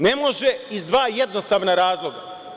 Ne može iz dva jednostavna razloga.